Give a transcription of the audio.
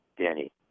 Danny